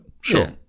Sure